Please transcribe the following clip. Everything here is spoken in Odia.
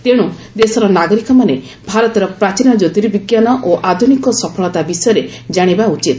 ତେଣୁ ଦେଶର ନାଗରିକମାନେ ଭାରତର ପ୍ରାଚୀନ ଜ୍ୟୋତିର୍ବିଜ୍ଞାନ ଓ ଆଧୁନିକ ସଫଳତା ବିଷୟରେ ଜାଣିବା ଉଚିତ